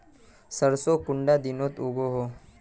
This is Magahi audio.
सरसों कुंडा दिनोत उगैहे?